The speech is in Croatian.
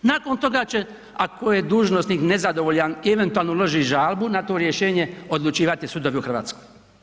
Nakon toga će ako je dužnosnik nezadovoljan i eventualno uloži žalbu na to rješenje odlučivati sudovi u Hrvatskoj.